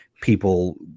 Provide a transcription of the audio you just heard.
people